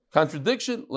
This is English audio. Contradiction